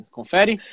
confere